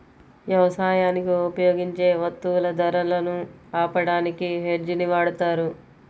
యవసాయానికి ఉపయోగించే వత్తువుల ధరలను ఆపడానికి హెడ్జ్ ని వాడతారు